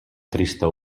trista